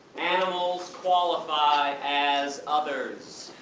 animals qualify as others!